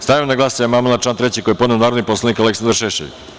Stavljam na glasanje amandman na član 3. koji je podneo narodni poslanik Aleksandar Šešelj.